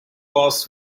course